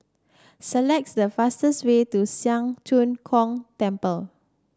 select the fastest way to Siang Cho Keong Temple